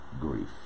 grief